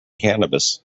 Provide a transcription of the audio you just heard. cannabis